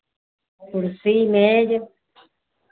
कुर्सी मेज़